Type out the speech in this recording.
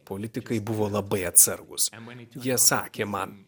politikai buvo labai atsargūs jie sakė man